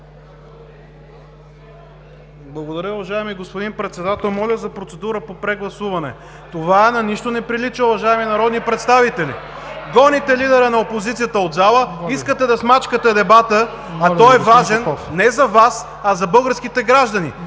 Благодаря. Уважаеми господин Председател, моля за процедура по прегласуване. Това на нищо не прилича, уважаеми народни представители. Гоните лидера на опозицията от зала, искате да смачкате дебата, а той е важен не за Вас, а за българските граждани.